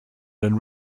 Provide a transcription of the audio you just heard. than